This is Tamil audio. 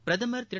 பிரதம் திரு